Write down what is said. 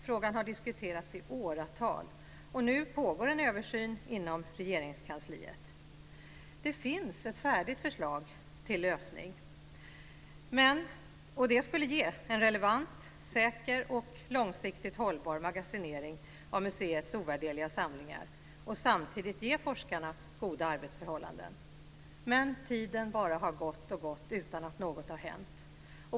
Frågan har diskuterats i åratal, och nu pågår en översyn inom Regeringskansliet. Det finns ett färdigt förslag till lösning, och det skulle ge en relevant, säker och långsiktigt hållbar magasinering av museets ovärderliga samlingar och samtidigt ge forskarna goda arbetsförhållanden. Men tiden har bara gått och gått utan att något har hänt.